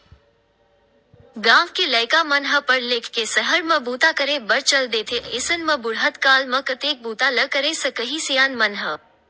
गाँव के लइका मन ह पड़ लिख के सहर म बूता करे बर चल देथे अइसन म बुड़हत काल म कतेक बूता ल करे सकही सियान मन ह